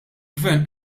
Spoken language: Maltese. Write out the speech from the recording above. gvern